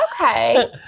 Okay